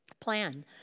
plan